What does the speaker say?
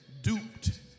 duped